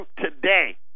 today